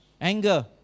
Anger